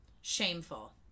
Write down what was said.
Shameful